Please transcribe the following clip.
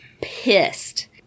pissed